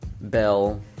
Bell